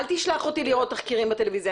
אל תשלח אותי לראות תחקירים בטלוויזיה.